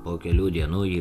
po kelių dienų ji